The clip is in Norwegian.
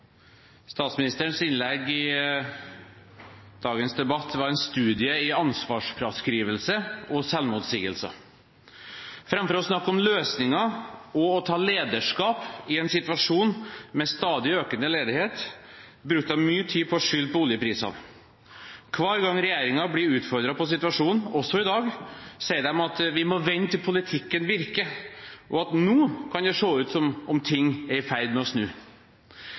Statsministerens innlegg i dagens debatt var en studie i ansvarsfraskrivelse og selvmotsigelser. Framfor å snakke om løsninger og å ta lederskap i en situasjon med stadig økende ledighet brukte hun mye tid på å skylde på oljepriser. Hver gang regjeringen blir utfordret på situasjonen, også i dag, sier de at vi må vente til politikken virker, og at nå kan det se ut som om ting er i ferd med å snu.